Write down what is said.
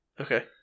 Okay